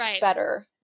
better